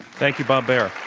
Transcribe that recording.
thank you, bob baer.